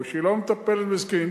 או שהיא לא מטפלת בזקנים.